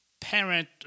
parent